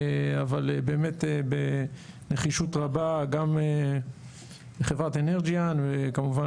אבל באמת בנחישות רבה גם מחברת אנרג'יאן וכמובן